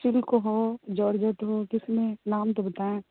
silk ہو georgette ہو کس میں نام تو بتائیں